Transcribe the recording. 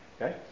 okay